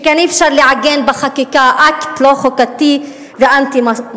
שכן אי-אפשר לעגן בחקיקה אקט לא חוקתי ואנטי-מוסרי.